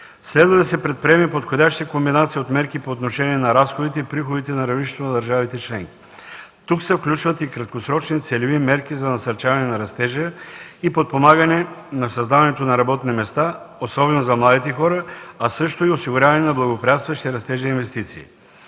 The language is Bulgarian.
Следва да се предприеме подходяща комбинация от мерки по отношение на разходите и приходите на равнището на държавите членки. Тук се включват и краткосрочни целеви мерки за насърчаване на растежа и подпомагане на създаването на работни места, особено за младите хора, а също и осигуряване на благоприятстващи растежа инвестиции.